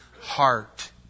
heart